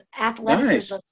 athletics